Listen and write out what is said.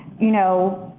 you know,